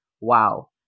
wow